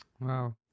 Wow